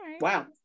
Wow